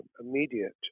immediate